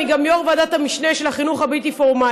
אני גם יו"ר ועדת המשנה של החינוך הבלתי-פורמלי.